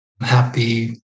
happy